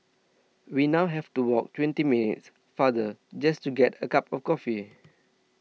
we now have to walk twenty minutes farther just to get a cup of coffee